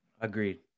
Agreed